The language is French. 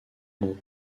membre